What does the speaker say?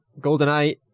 GoldenEye